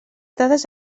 dades